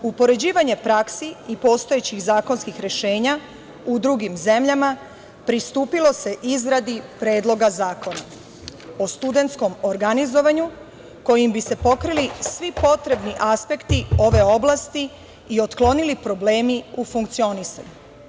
Upoređivanjem praksi i postojećih zakonskih rešenja u drugim zemljama pristupilo se izradi Predloga zakona o studentskom organizovanju, kojim bi se pokrili svi potrebni aspekti ove oblasti i otklonili problemi u funkcionisanju.